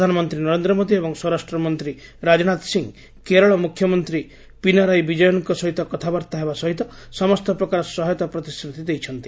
ପ୍ରଧାନମନ୍ତ୍ରୀ ନରେନ୍ଦ୍ର ମୋଦି ଏବଂ ସ୍ୱରାଷ୍ଟ୍ରମନ୍ତ୍ରୀ ରାଜନାଥ ସିଂ କେରଳ ମୁଖ୍ୟମନ୍ତ୍ରୀ ପିନାରାଇ ବିଜୟନ୍ଙ୍କ ସହିତ କଥାବାର୍ତ୍ତା ହେବା ସହିତ ସମସ୍ତ ପ୍ରକାର ସହାୟତା ପ୍ରତିଶ୍ରତି ଦେଇଛନ୍ତି